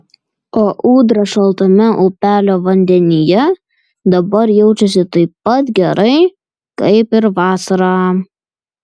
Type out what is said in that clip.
o ūdra šaltame upelio vandenyje dabar jaučiasi taip pat gerai kaip ir vasarą